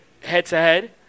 head-to-head